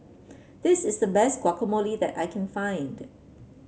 this is the best Guacamole that I can find